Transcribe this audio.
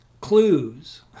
clues